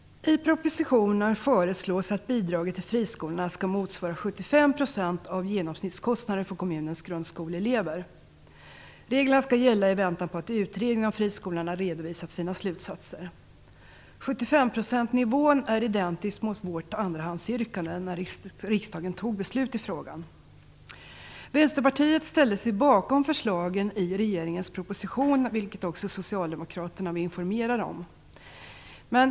I propositionen föreslås att bidraget till friskolorna skall motsvara 75 % av genomsnittskostnaden för kommunens grundskoleelever. Reglerna skall gälla i väntan på att utredningen om friskolorna redovisat sina slutsatser. 75-procentsnivån är identisk med vårt andrahandsyrkande när riksdagen tog beslut i frågan. Vänsterpartiet ställde sig bakom förslagen i regeringens proposition, vilket också Socialdemokraterna var informerade om.